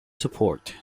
support